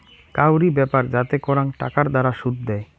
কাউরি ব্যাপার যাতে করাং টাকার দ্বারা শুধ দেয়